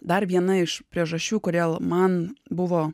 dar viena iš priežasčių kodėl man buvo